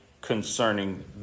concerning